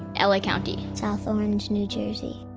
l a. county, south orange, new jersey.